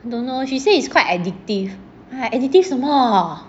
don't know she say is quite addictive !huh! addictive 什么